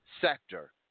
sector